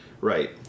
Right